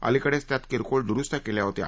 अलीकडेच त्यात किरकोळ दुरुस्त्या केल्या होत्या